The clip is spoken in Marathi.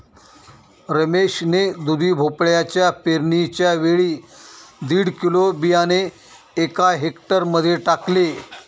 रमेश ने दुधी भोपळ्याच्या पेरणीच्या वेळी दीड किलो बियाणे एका हेक्टर मध्ये टाकले